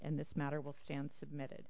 and this matter will stand submitted